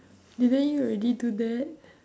didn't you already do that